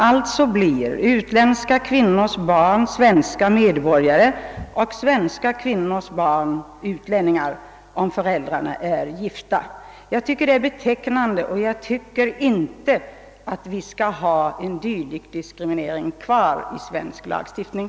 Alltså blir utländska kvinnors barn svenska medborgare och svenska kvinnors barn utlänningar, om föräldrarna är gifta.» Detta är betecknande, och jag tycker inte att vi skall ha kvar en dylik diskriminering i svensk lagstiftning.